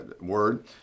word